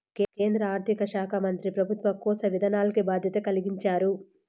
కేంద్ర ఆర్థిక శాకా మంత్రి పెబుత్వ కోశ విధానాల్కి బాధ్యత కలిగించారు